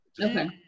Okay